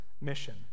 mission